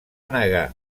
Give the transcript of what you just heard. negar